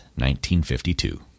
1952